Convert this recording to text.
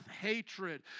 hatred